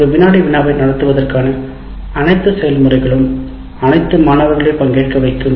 ஒரு வினாடி வினாவை நடத்துவதற்கான அனைத்து செயல்முறைகளும் அனைத்து மாணவர்களையும் பங்கேற்க வைக்கும்